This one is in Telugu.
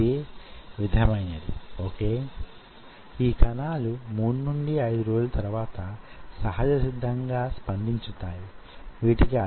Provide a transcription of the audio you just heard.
కాంటిలివర్స్ కూడా వాటి నిర్మాణంలో కొంత ఇలాంటివే మీరు స్తంభాలు లేని సస్పెన్షన్ లేక హాంగింగ్ వారధులను చూచి వుంటారు